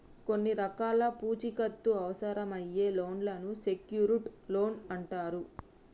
కొన్ని రకాల పూచీకత్తు అవసరమయ్యే లోన్లను సెక్యూర్డ్ లోన్లు అంటరు